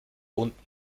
unten